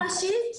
בחקיקה ראשית?